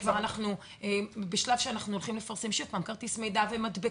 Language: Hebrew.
אנחנו הולכים לפרסם שוב פעם כרטיס מידע ומדבקות,